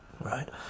right